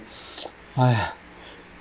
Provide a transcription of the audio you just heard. !aiya!